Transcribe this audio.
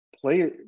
play